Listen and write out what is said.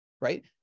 right